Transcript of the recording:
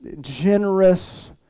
generous